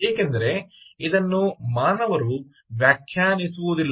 ಏಕೆಂದರೆ ಇದನ್ನು ಮಾನವರು ವ್ಯಾಖ್ಯಾನಿಸುವುದಿಲ್ಲ